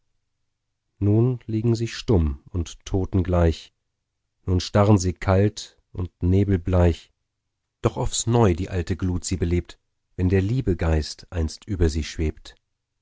nun liegen sie stumm und toten gleich nun starren sie kalt und nebelbleich doch aufs neu die alte glut sie belebt wenn der liebe geist einst über sie schwebt